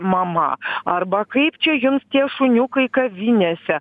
mama arba kaip čia jums tie šuniukai kavinėse